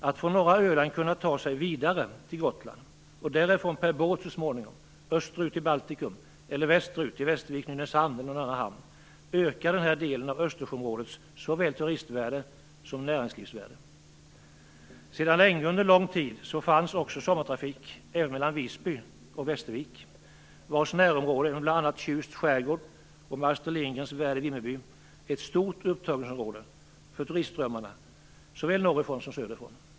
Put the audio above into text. Att från norra Öland kunna ta sig vidare till Gotland och därifrån per båt så småningom österut till Baltikum eller västerut till Västervik, Nynäshamn eller någon annan hamn ökar denna del av Östersjöområdets turistvärde såväl som näringslivsvärde. Sedan länge, och under lång tid, fanns sommartrafik även mellan Visby och Västervik, vars närområde med bl.a. Tjusts skärgård och Astrid Lindgrens Värld i Vimmerby är ett stort upptagningsområde för turistströmmarna, såväl norrifrån som söderifrån.